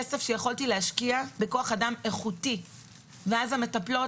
כסף שיכולתי להשקיע בכוח אדם איכותי ואז המטפלות